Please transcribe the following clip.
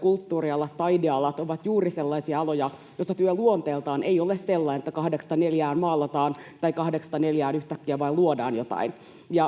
Kulttuurialat, taidealat ovat juuri sellaisia aloja, joissa työ luonteeltaan ei ole sellainen, että kahdeksasta neljään maalataan tai kahdeksasta neljään yhtäkkiä vain luodaan jotain.